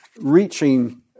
reaching